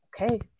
Okay